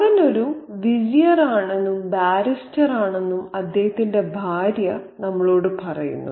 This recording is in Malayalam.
അവൻ ഒരു വിസിയർ ആണെന്നും ബാരിസ്റ്ററാണെന്നും അദ്ദേഹത്തിന്റെ ഭാര്യ നമ്മളോട് പറയുന്നു